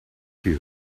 you